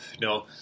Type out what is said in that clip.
no